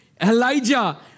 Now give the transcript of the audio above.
Elijah